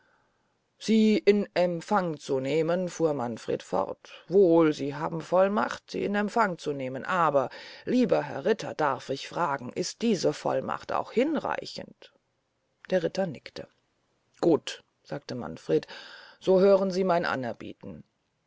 sie in empfang zu nehmen fuhr manfred fort wohl sie haben vollmacht sie in empfang zu nehmen aber lieber herr ritter darf ich fragen ist diese vollmacht auch hinreichend der ritter nickte gut sagte manfred so hören sie mein anerbieten